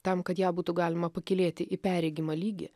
tam kad ją būtų galima pakylėti į perregimą lygį